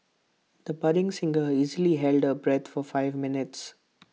the budding singer easily held her bread for five minutes